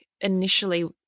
initially